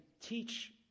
teach